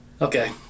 Okay